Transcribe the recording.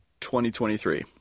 2023